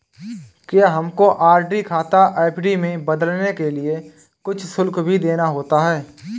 क्या हमको आर.डी खाता एफ.डी में बदलने के लिए कुछ शुल्क भी देना होता है?